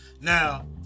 Now